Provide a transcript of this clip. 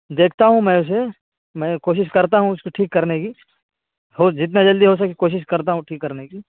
دیکھتا ہوں میں اسے میں کوشش کرتا ہوں اس کو ٹھیک کرنے کی ہو جنتا جلدی ہو سکے کوشش کرتا ہوں ٹھیک کرنے کی